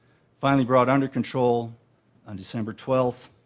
finally brought under control on december twelve